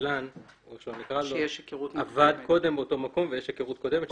ששדלן עבד קודם לכן באותו המקום ויש היכרות קודמת.